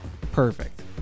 Perfect